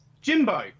Jimbo